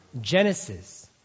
Genesis